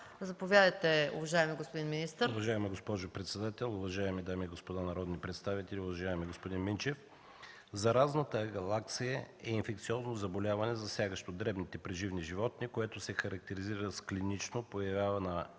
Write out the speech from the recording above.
Заповядайте, уважаеми господин министър.